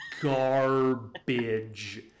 garbage